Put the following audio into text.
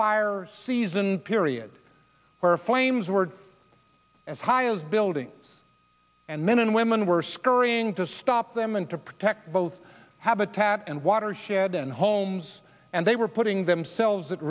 fire season period where flames were as high as building and men and women were sky hurrying to stop them and to protect both habitat and watershed and homes and they were putting themselves at